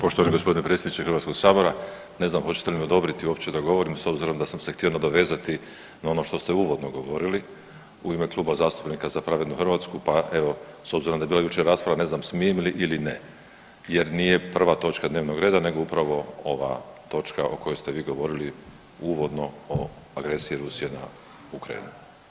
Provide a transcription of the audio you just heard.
Poštovani gospodine predsjedniče Hrvatskog sabora, ne znam hoćete li mi odobriti uopće da govorim s obzirom da sam se htio nadovezati na ono što ste uvodno govorili u ime Kluba zastupnika Za pravednu Hrvatsku, pa evo s obzirom da je bila jučer rasprava ne znam smijem li ili ne jer nije prva točka dnevnog reda nego upravo ova točka o kojoj ste vi govorili uvodno o agresiji Rusije na Ukrajinu.